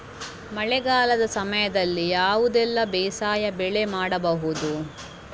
ಮಳೆಗಾಲದ ಸಮಯದಲ್ಲಿ ಯಾವುದೆಲ್ಲ ಬೇಸಾಯ ಬೆಳೆ ಮಾಡಬಹುದು?